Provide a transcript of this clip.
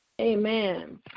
Amen